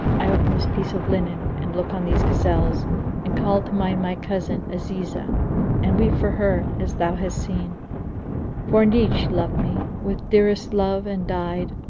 i open this piece of linen and look on these gazelles and call to mind my cousin azizah and weep for her as thou hast seen for indeed she loved me with dearest love and died,